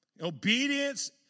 Obedience